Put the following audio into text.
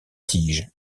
tiges